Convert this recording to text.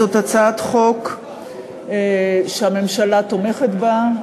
זאת הצעת חוק שהממשלה תומכת בה,